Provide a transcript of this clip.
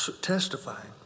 testifying